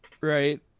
Right